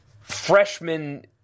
freshman